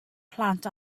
plant